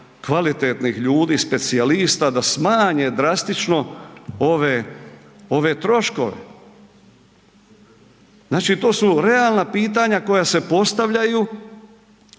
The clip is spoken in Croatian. kvalitetnih ljudi, specijalista da smanje drastično ove troškove? Znači to su realna pitanja koja se postavljaju,